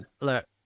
look